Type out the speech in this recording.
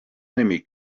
enemy